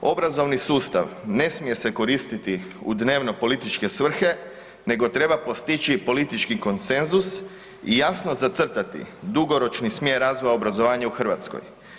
Obrazovni sustav ne smije se koristiti u dnevno političke svrhe, nego treba postići politički konsenzus i jasno zacrtati dugoročni smjer razvoja obrazovanja u Hrvatskoj.